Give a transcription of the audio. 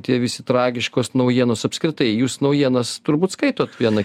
tie visi tragiškos naujienos apskritai jūs naujienas turbūt skaitot vieną